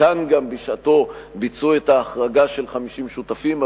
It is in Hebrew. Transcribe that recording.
מכאן גם, בשעתו, ביצעו את ההחרגה של 50 שותפים.